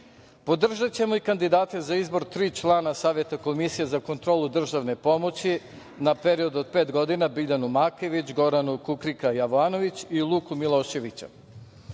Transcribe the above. Podržaćemo i kandidate za izbor tri člana Saveta Komisije za kontrolu državne pomoći na period od pet godina, Biljanu Makević, Goranu Kukrika Jovanović i Luku Miloševića.